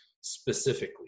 specifically